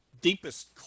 deepest